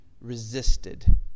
resisted